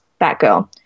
Batgirl